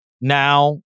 Now